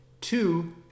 Two